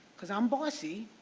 because i'm bossy.